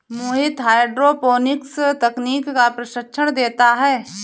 मोहित hydroponics तकनीक का प्रशिक्षण देता है